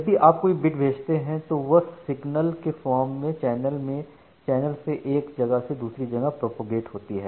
जब भी आप कोई बिट भेजते हैं तो वह सिग्नल के फॉर्म में चैनल से एक जगह से दूसरी जगह प्रोपेगेट होती है